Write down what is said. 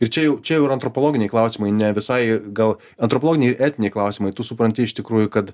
ir čia jau čia jau yra antropologiniai klausimai ne visai gal antropologiniai etiniai klausimai tu supranti iš tikrųjų kad